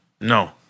No